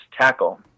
tackle